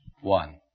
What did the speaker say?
one